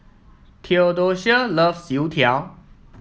Theodocia loves Youtiao